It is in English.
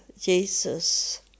Jesus